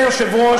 אדוני היושב-ראש,